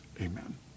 Amen